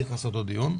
צריך לעשות עוד דיון,